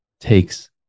takes